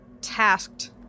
tasked